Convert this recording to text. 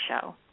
show